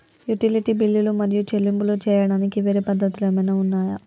Utility బిల్లులు మరియు చెల్లింపులు చేయడానికి వేరే పద్ధతులు ఏమైనా ఉన్నాయా?